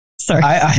sorry